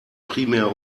primär